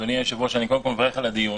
אדוני היושב-ראש, אני קודם כל מברך על הדיון.